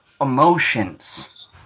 ...emotions